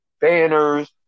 banners